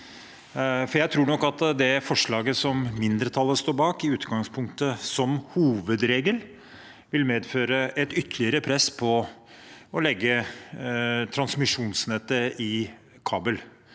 Jeg tror nok at det forslaget som mindretallet står bak, i utgangspunktet som hovedregel vil medføre et ytterligere press på å legge transmisjonsnettet i kabel,